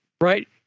right